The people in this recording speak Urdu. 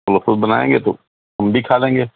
وہ خود بنائیں گے تو ہم بھی کھا لیں گے